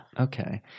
Okay